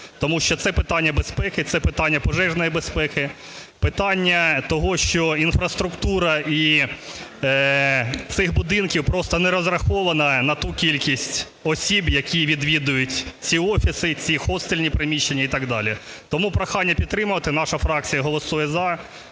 тому що це питання безпеки, це питання пожежної безпеки, питання того, що інфраструктура і цих будинків просто не розрахована на ту кількість осіб, які відвідують ці офіси і ці хостельні приміщення і так далі. Тому прохання підтримувати. Наша фракція голосує "за",